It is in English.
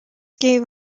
gave